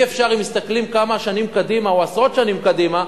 אם מסתכלים כמה שנים קדימה או עשרות שנים קדימה,